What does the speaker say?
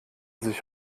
sich